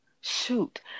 shoot